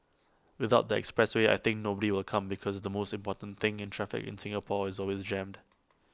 without the expressway I think nobody will come because the most important thing in traffic in Singapore is always jammed